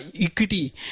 equity